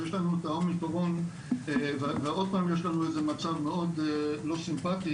שיש לנו את האומיקרון ועוד פעם יש לנו איזה מצב מאוד לא סימפטי,